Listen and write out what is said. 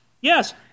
Yes